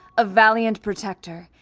a valiant protector,